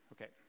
Okay